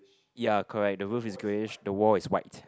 ya correct the roof is greyish the wall is white